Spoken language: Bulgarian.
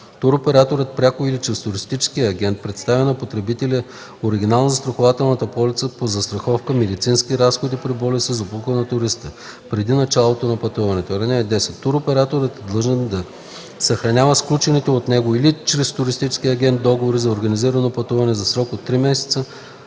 Туроператорът пряко или чрез туристическия агент представя на потребителя оригинал на застрахователната полица по застраховка „медицински разходи при болест и злополука на туриста” преди началото на пътуването. (10) Туроператорът е длъжен да съхранява сключените от него или чрез туристически агент договори за организирано пътуване за срок три месеца